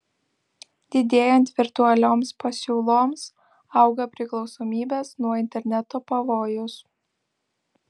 didėjant virtualioms pasiūloms auga priklausomybės nuo interneto pavojus